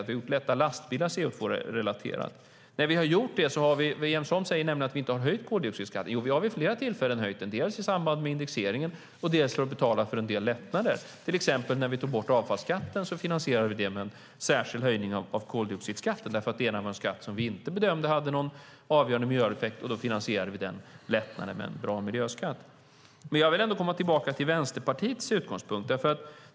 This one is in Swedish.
Vi har gjort lätta lastbilar CO2-relaterade. Jens Holm säger nämligen att vi inte har höjt koldioxidskatten. Men vi har vid flera tillfällen höjt den, dels i samband med indexeringen, dels för att betala för en del lättnader. Till exempel när vi tog bort avfallsskatten finansierade vi det med en särskild höjning av koldioxidskatten, därför att det var en skatt som vi bedömde inte hade någon avgörande miljöeffekt. Då finansierade vi den lättnaden med en bra miljöskatt. Jag vill ändå komma tillbaka till Vänsterpartiets utgångspunkt.